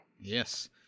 Yes